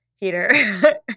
Peter